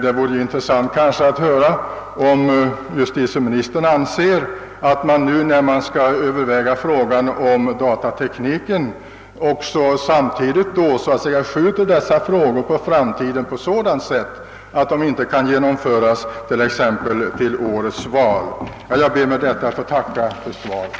Det vore intressant att höra, om justitieministern anser att man vid övervägandena rörande frågan om datatekniken samtidigt bör skjuta dessa frågor på framtiden på ett sätt som gör att förslagen inte kan genomföras till årets val. Herr talman! Med det anförda ber jag att än en gång få tacka justitieministern för svaret.